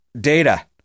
data